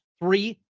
three